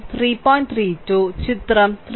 32 ചിത്രം 3